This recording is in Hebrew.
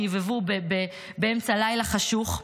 שהבהבו באמצע לילה חשוך.